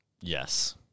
Yes